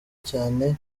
cyane